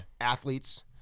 athletes